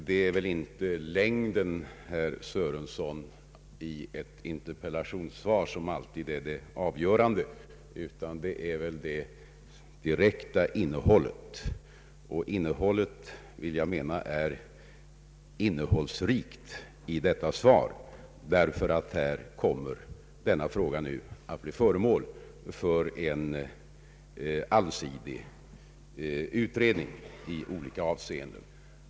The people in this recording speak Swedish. Det är väl inte, herr Sörenson, ett interpellations svars omfattning som alltid är det avgörande, utan det är väl snarare innehållet. Jag vill mena att detta svar är innehållsrikt, för som det framgår av det kommer denna fråga att bli föremål för en allsidig utredning i olika avseenden.